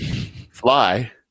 fly